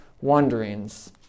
wanderings